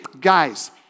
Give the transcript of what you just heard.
guys